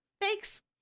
Thanks